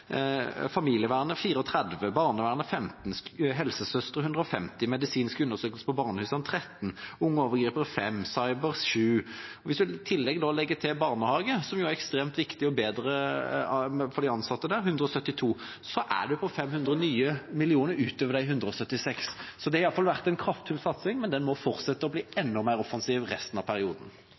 familievernet fikk 34 mill. kr, barnevernet fikk 15 mill. kr, helsesøster fikk 150 mill. kr, medisinske undersøkelser på barnehusene fikk 13 mill. kr, unge overgripere fikk 5 mill. kr., cyber fikk 7 mill. kr. Hvis man i tillegg legger til at barnehagene – som er ekstremt viktige – og flere ansatte fikk 172 mill. kr, så er man på nye 500 mill. kr utover de 176 mill. kr. Så det har vært en kraftig satsing, men den må fortsette